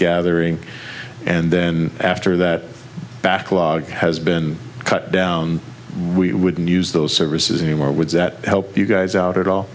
gathering and then after that backlog has been cut down we wouldn't use those services anymore would that help you guys out at all